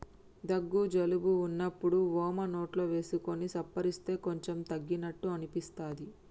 దగ్గు జలుబు వున్నప్పుడు వోమ నోట్లో వేసుకొని సప్పరిస్తే కొంచెం తగ్గినట్టు అనిపిస్తది